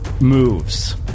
moves